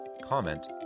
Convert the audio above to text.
comment